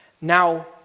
Now